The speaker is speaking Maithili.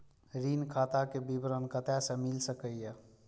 ऋण खाता के विवरण कते से मिल सकै ये?